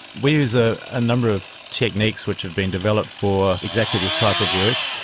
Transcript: we use a ah number of techniques which have been developed for exactly this type of work.